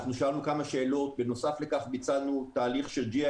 אנחנו שאלנו כמה שאלות ובנוסף לכך ביצענו תהליך של GIS